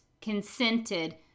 consented